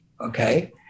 okay